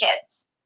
kids